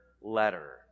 letter